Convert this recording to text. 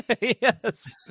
Yes